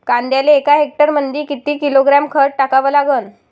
कांद्याले एका हेक्टरमंदी किती किलोग्रॅम खत टाकावं लागन?